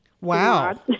Wow